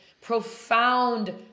profound